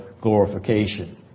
glorification